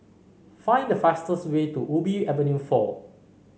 find the fastest way to Ubi Avenue four